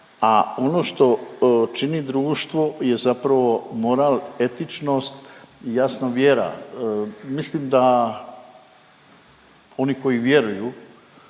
a ono što čini društvo je zapravo moral, etičnost i jasno vjera. Mislim da oni koji vjeruju